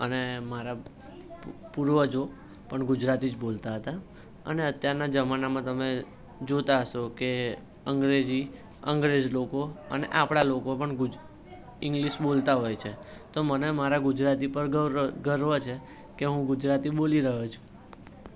અને મારા પૂ પૂર્વજો પણ ગુજરાતી જ બોલતાં હતાં અને અત્યારના જમાનામાં તમે જોતાં હશો કે અંગ્રેજી અંગ્રેજ લોકો અને આપણા લોકો પણ ગુજ ઇંગ્લિશ બોલતાં હોય છે તો મને મારા ગુજરાતી પર ગૌર ગર્વ છે કે હું ગુજરાતી બોલી રહ્યો છું